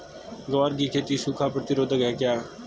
ग्वार की खेती सूखा प्रतीरोधक है क्या?